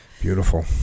Beautiful